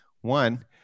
One